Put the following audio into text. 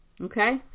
Okay